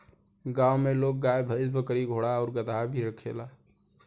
गांव में लोग गाय, भइस, बकरी, घोड़ा आउर गदहा भी रखेला